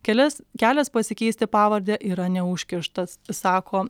kelias kelias pasikeisti pavardę yra neužkištas sako